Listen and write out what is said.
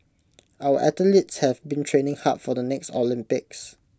our athletes have been training hard for the next Olympics